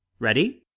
ready?